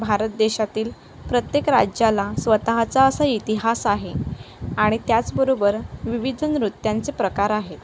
भारत देशातील प्रत्येक राज्याला स्वतःचा असा इतिहास आहे आणि त्याचबरोबर विविध नृत्यांचे प्रकार आहेत